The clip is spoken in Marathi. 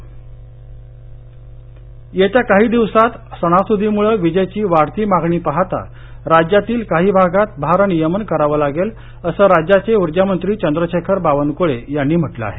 भारनियमन येत्या काही दिवसात सणासुदीमुळे विजेची वाढती मागणी पाहता राज्यातील काही भागात भार नियमन करावं लागेल असं राज्याचे ऊर्जा मंत्री चंद्रशेखर बावनक्ळे यांनी म्हटलं आहे